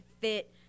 fit